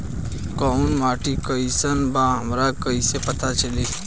कोउन माटी कई सन बा हमरा कई से पता चली?